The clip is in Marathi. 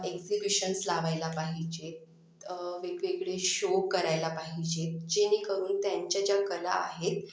एक्झिबिशन्स लावायला पाहिजेत वेगवेगळे शो करायला पाहिजेत जेणेकरून त्यांच्या ज्या कला आहेत